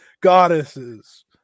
goddesses